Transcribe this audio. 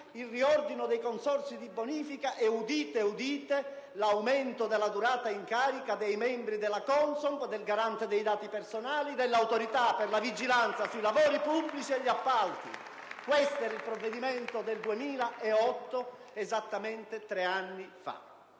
riordino dei consorzi di bonifica. E, udite udite, aumento della durata in carica dei membri della CONSOB, del Garante dei dati personali, dell'Autorità per la vigilanza sui lavori pubblici e gli appalti. *(Applausi dal Gruppo PdL)*. Questo era il provvedimento del 2008, esattamente tre anni fa.